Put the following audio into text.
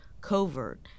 covert